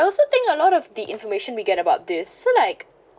I also think a lot of the information we get about this so like